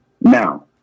Now